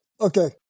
Okay